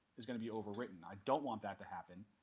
is going to be overwritten. i don't want that to happen.